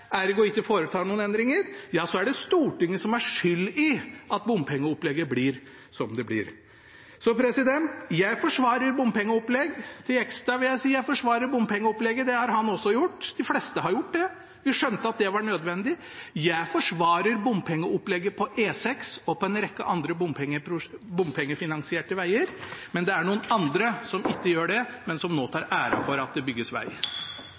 Stortinget ergo ikke foretar noen endringer, ja, så er det Stortinget som er skyld i at bompengeopplegget blir som det blir. Så jeg forsvarer bompengeopplegget. Til Jegstad vil jeg si at jeg forsvarer bompengeopplegget. Det har han også gjort, de fleste har gjort det, for vi skjønte at det var nødvendig. Jeg forsvarer bompengeopplegget på E6 og på en rekke andre bompengefinansierte veger, mens det er andre som ikke gjør det, men som nå tar æren for at det bygges